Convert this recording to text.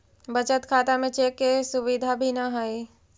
बचत खाता में चेक के सुविधा भी न हइ